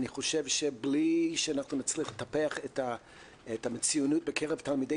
אני חושב שבלי שאנחנו נצליח לטפח את המצוינות בקרב תלמידי